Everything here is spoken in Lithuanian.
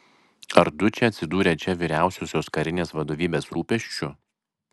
ar dučė atsidūrė čia vyriausiosios karinės vadovybės rūpesčiu